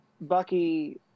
Bucky